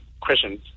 questions